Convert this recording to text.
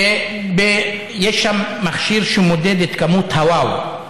יש שם מכשיר שמודד את כמות ה"וואו".